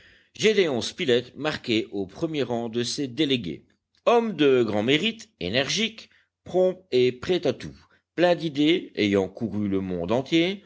gédéon spilett marquait au premier rang de ces délégués homme de grand mérite énergique prompt et prêt à tout plein d'idées ayant couru le monde entier